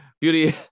Beauty